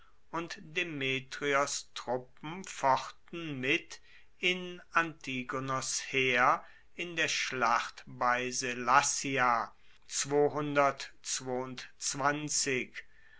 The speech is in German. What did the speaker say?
und demetrios truppen fochten mit in antigonos heer in der schlacht bei sellasia